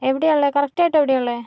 എവിടെയാ ഉള്ളത് കറക്റ്റായിട്ട് എവിടെയാ ഉള്ളത്